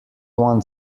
want